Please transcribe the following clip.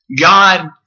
God